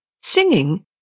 Singing